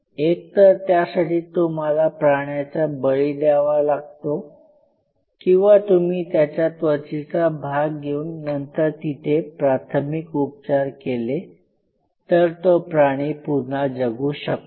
एक तर त्यासाठी तुम्हाला प्राण्याचा बळी द्यावा लागतो किंवा तुम्ही त्याच्या त्वचेचा भाग घेऊन नंतर तिथे प्राथमिक उपचार केले तर तो प्राणी पुन्हा जगू शकतो